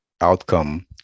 outcome